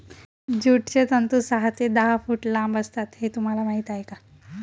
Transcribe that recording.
ज्यूटचे तंतू सहा ते दहा फूट लांब असतात हे तुम्हाला माहीत आहे का